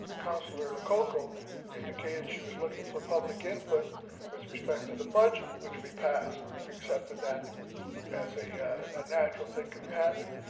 councilor lococo indicated she was looking for public input with respect to the budget which we passed, we accepted that as a natural thing can happen.